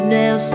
now